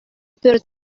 пӗр